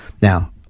Now